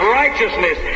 righteousness